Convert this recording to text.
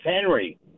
Henry